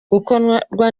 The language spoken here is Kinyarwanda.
gukorwa